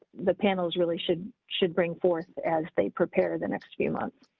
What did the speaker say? the panels really should should bring forth as they prepare the next few months.